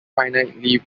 finitely